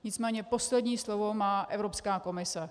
Nicméně poslední slovo má Evropská komise.